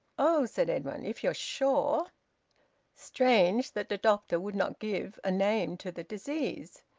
oh! said edwin. if you're sure strange that the doctor would not give a name to the disease!